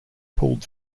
pulled